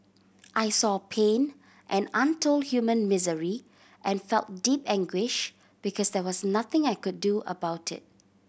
I saw pain and untold human misery and felt deep anguish because there was nothing I could do about it